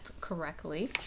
correctly